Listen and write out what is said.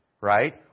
Right